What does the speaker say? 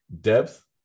depth